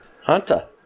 Hunter